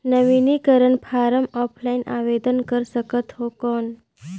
नवीनीकरण form offline आवेदन कर सकत हो कौन?